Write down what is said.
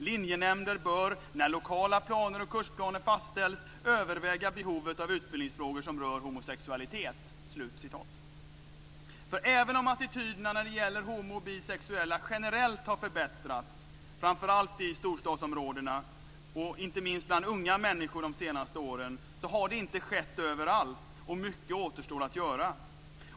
Linjenämnder bör när lokala planer och kursplaner fastställs överväga behovet av utbildningsfrågor som rör homosexualitet." Även om attityderna när det gäller homooch bisexuella generellt har förbättrats de senaste åren, framför allt i storstadsområdena och inte minst bland unga människor, har det inte skett överallt, och mycket återstår att göra.